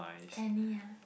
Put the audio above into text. Kenny ya